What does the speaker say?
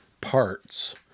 parts